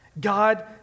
God